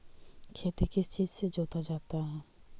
खेती किस चीज से जोता जाता है?